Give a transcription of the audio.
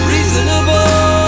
Reasonable